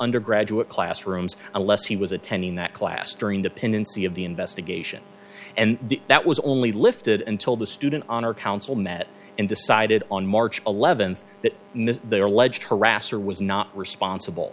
undergraduate classrooms unless he was attending that class during the pendency of the investigation and that was only lifted until the student honor council met and decided on march eleventh that they are alleged harasser was not responsible